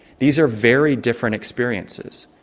these are very different experiences.